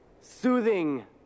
Soothing